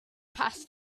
passed